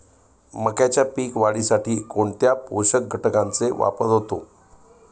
मक्याच्या पीक वाढीसाठी कोणत्या पोषक घटकांचे वापर होतो?